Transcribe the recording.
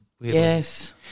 Yes